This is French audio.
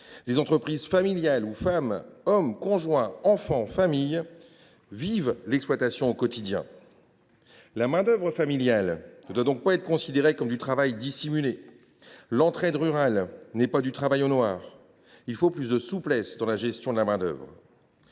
sur vingt quatre, où femmes, hommes, conjoints, enfants vivent l’exploitation au quotidien. La main d’œuvre familiale ne doit donc pas être considérée comme du travail dissimulé. L’entraide rurale n’est pas du travail au noir. Il faut plus de souplesse dans la gestion de la main d’œuvre.